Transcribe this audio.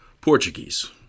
Portuguese